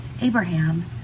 Abraham